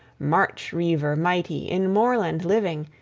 march-riever mighty, in moorland living,